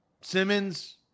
Simmons